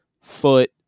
foot